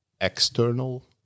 external